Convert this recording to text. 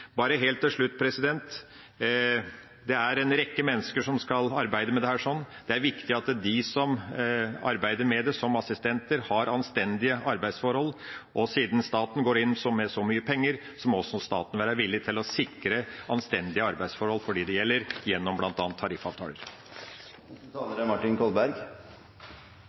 Bare helt til slutt: Det er en rekke mennesker som skal arbeide med dette. Det er viktig at de som arbeider som assistenter, har anstendige arbeidsforhold, og siden staten går inn med så mye penger, må også staten være villig til å sikre anstendige arbeidsforhold for dem det gjelder, gjennom bl.a. tariffavtaler. Det er